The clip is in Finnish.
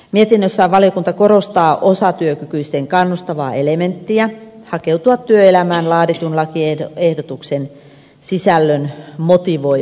mietinnössään valiokunta korostaa osatyökykyisten kannustavaa elementtiä hakeutua työelämään laaditun lakiehdotuksen sisällön motivoimana